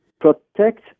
protect